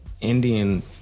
Indian